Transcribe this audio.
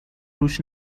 روش